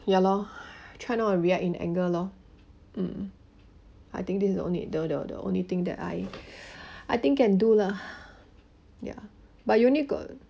ya lor try not to react in anger lor um I think this is only the the the only thing that I I think can do lah ya but you need got